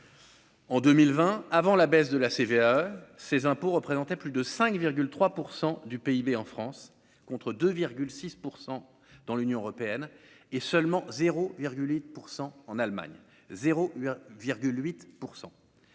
En 2020 avant la baisse de la CVAE ses impôts représentaient plus de 5,3 % du PIB en France contre 2 6 % dans l'Union européenne et seulement 0,8 pour 100 en Allemagne 0